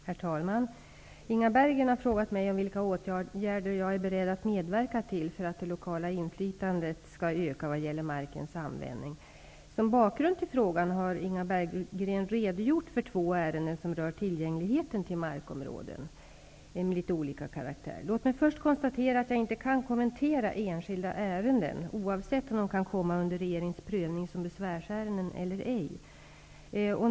Herr talman! Inga Berggren har frågat mig om vilka åtgärder jag är beredd att medverka till för att det lokala inflytandet skall öka vad gäller markens användning. Som bakgrund till frågan har Inga Berggren redogjort för två ärenden som rör tillgängligheten till markområden. Låt mig först konstatera att jag inte kan kommentera enskilda ärenden, oavsett om de kan komma under regeringens prövning som besvärsärenden eller ej.